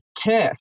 turf